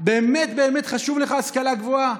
באמת באמת חשובה לך ההשכלה הגבוהה?